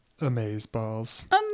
Amazeballs